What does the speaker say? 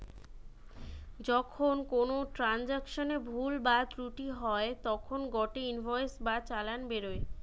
যখন কোনো ট্রান্সাকশনে ভুল বা ত্রুটি হই তখন গটে ইনভয়েস বা চালান বেরোয়